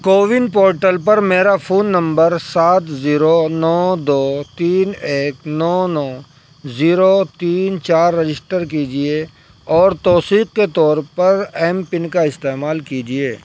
CoWIN portal پر میرا phone number سات زیرو نو دو تین ایک نو نو زیرو تین چار رجسٹر کیجیے اور توثیق کے طور پر ایم پن کا استعمال کیجیے